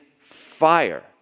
fire